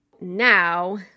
Now